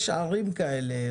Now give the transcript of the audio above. יש ערים כאלה,